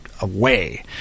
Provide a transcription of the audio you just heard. away